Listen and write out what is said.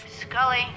Scully